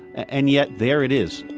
and yet there it is